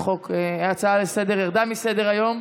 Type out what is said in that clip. אבל ההצעה לסדר-היום ירדה מסדר-היום.